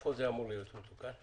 איפה זה אמור להיות מתוקן?